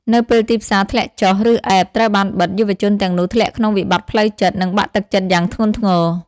នៅពេលទីផ្សារធ្លាក់ចុះ ឬ App ត្រូវបានបិទ យុវជនទាំងនោះធ្លាក់ក្នុងវិបត្តិផ្លូវចិត្ត និងបាក់ទឹកចិត្តយ៉ាងធ្ងន់ធ្ងរ។